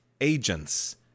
agents